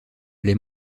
les